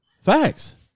Facts